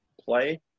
play